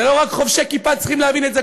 לא רק חובשי כיפה צריכים להבין את זה,